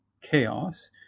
chaos